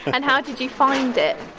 and how did you find it?